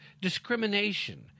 discrimination